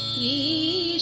e